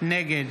נגד